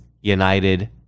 United